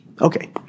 Okay